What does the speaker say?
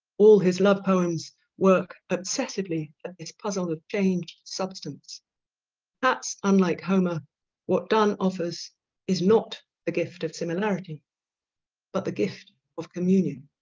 all his love poems work obsessively at this puzzle of change substance that's unlike homer what donne offers is not the gift of similarity but the gift of communion